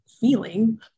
feeling